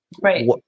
Right